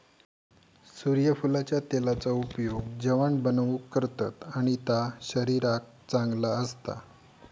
सुर्यफुलाच्या तेलाचा उपयोग जेवाण बनवूक करतत आणि ता शरीराक चांगला असता